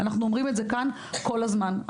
אנחנו אומרים את זה כאן כל הזמן.